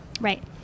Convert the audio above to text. right